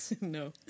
No